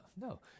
No